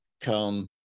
come